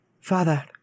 Father